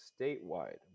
statewide